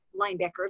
linebacker